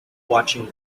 watching